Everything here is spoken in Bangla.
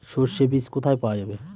সর্ষে বিজ কোথায় পাওয়া যাবে?